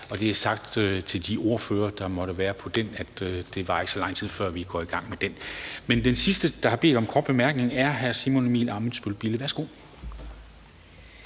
er hermed sagt til de ordførere, der måtte være på L 161, at det ikke varer så lang tid, før vi går i gang med den. Men den sidste, der har bedt om en kort bemærkning, er altså hr. Simon Emil Ammitzbøll-Bille. Værsgo.